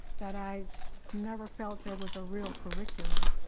that i never felt there was a real curriculum.